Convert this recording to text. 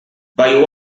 but